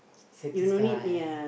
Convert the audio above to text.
city side